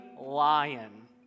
lion